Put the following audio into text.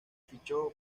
fichó